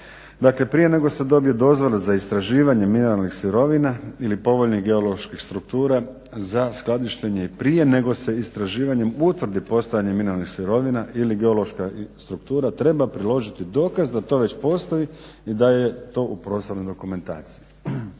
Dakle, prije nego se dobije dozvola za istraživanje mineralnih sirovina ili povoljnih geoloških struktura za skladištenje i prije nego se istraživanjem utvrdi postojanje mineralnih sirovina ili geološka struktura treba priložiti dokaz da to već postoji i da je to u prostornoj dokumentaciji.